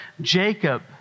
Jacob